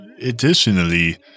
Additionally